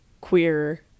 queer